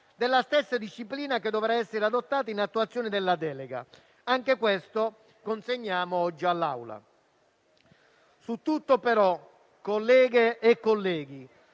della stessa disciplina che dovrà essere adottata in attuazione della delega. Anche questo consegniamo oggi all'Assemblea. Su tutto, però, colleghe e colleghi,